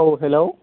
औ हेल'